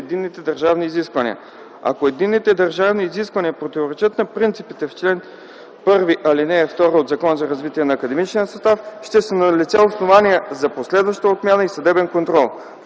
единните държавни изисквания. Ако единните държавни изисквания противоречат на принципите в чл. 1, ал. 2, от Закона за развитие на академичния състав ще са налице основания за последваща отмяна и съдебен контрол.